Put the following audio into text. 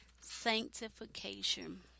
sanctification